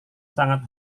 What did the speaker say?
sangat